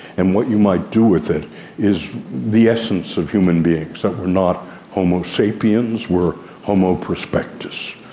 and what you might do with it is the essence of human beings, that we're not homo sapiens, we're homo prospectus.